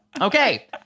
Okay